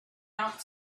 out